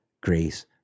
grace